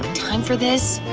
time for this.